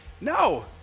no